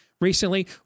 recently